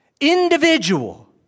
individual